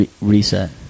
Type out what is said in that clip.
reset